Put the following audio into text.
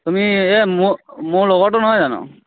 তুমি এই মোৰ লগতো নহয় জানো